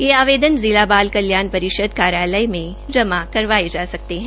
यह आवेदन जिला बाल कल्याण परिषद कार्यालय में जमा करवाया जा सकता है